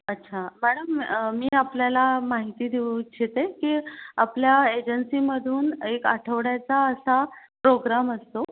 अच्छा मॅडम मी आपल्याला माहिती देऊ इच्छिते की आपल्या एजन्सीमधून एक आठवड्याचा असा प्रोग्राम असतो